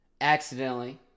accidentally